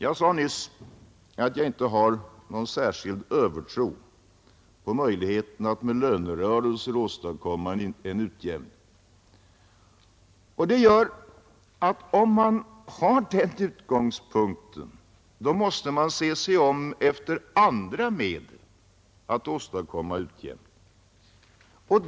Jag sade nyss att jag inte har någon särskild övertro på möjligheterna att med lönerörelser åstadkomma en utjämning. Om man har den utgångpunkten måste man se sig om efter andra medel att åstadkomma utjämning.